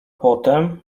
potem